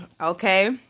okay